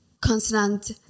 consonant